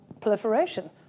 proliferation